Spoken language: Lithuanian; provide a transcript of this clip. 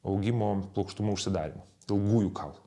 augimo plokštumų užsidarymo ilgųjų kaulų